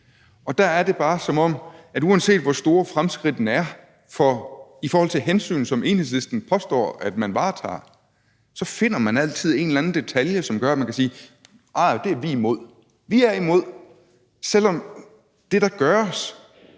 og der er det bare, som om man, uanset hvor store fremskridtene er i forhold til hensyn, som Enhedslisten påstår at man varetager, altid finder en eller anden detalje, som gør, at man kan sige: Arh, det vi er imod. Man er imod, selv om det, der gøres,